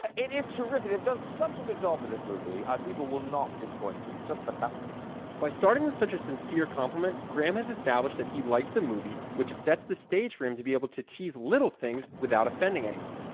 it is terrific it does such a good job with this movie and people will not be disappointed. it's just fantastic by starting with such a sincere compliment, graham has established that he liked the movie which sets the stage for him to be able to tease little things without offending anyone.